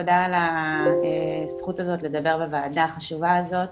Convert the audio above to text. תודה על הזכות הזאת לדבר בוועדה החשובה הזאת.